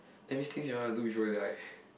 that means thing you wanna do before you die